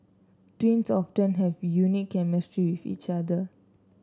twins often have a unique chemistry with each other